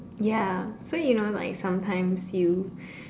ya so you know sometimes you